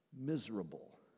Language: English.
miserable